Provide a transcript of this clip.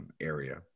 area